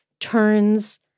turns